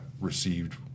received